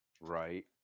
right